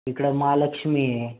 इकडं महालक्ष्मी आहे